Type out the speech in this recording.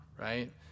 right